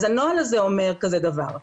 אז הנוהל הזה אומר כזה דבר,